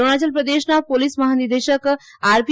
અરૂણાચલ પ્રદેશના પોલીસ મહાનિદેશક આરપી